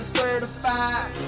certified